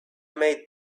made